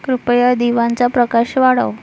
कृपया दिव्यांचा प्रकाश वाढव